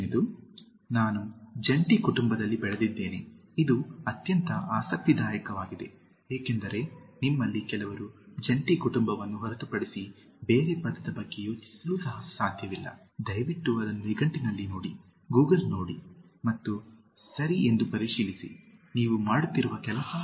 7 ನಾನು ಜಂಟಿ ಕುಟುಂಬದಲ್ಲಿ ಬೆಳೆದಿದ್ದೇನೆ ಇದು ಅತ್ಯಂತ ಆಸಕ್ತಿದಾಯಕವಾಗಿದೆ ಏಕೆಂದರೆ ನಿಮ್ಮಲ್ಲಿ ಕೆಲವರು ಜಂಟಿ ಕುಟುಂಬವನ್ನು ಹೊರತುಪಡಿಸಿ ಬೇರೆ ಪದದ ಬಗ್ಗೆ ಯೋಚಿಸಲು ಸಹ ಸಾಧ್ಯವಿಲ್ಲ ದಯವಿಟ್ಟು ಅದನ್ನು ನಿಘಂಟಿನಲ್ಲಿ ನೋಡಿ ಗೂಗಲ್ ಮಾಡಿ ಮತ್ತು ಸರಿ ಎಂದು ಪರಿಶೀಲಿಸಿ ನೀವು ಮಾಡುತ್ತಿರುವ ಕೆಲಸ